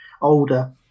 older